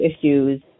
issues